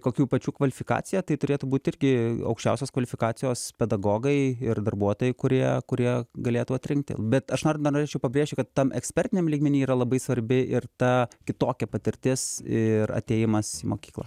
kokių pačių kvalifikacija tai turėtų būt irgi aukščiausios kvalifikacijos pedagogai ir darbuotojai kurie kurie galėtų atrinkti bet aš noriu dar norėčiau pabrėžti kad tam ekspertiniam lygmeny yra labai svarbi ir ta kitokia patirtis ir atėjimas į mokyklą